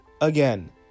again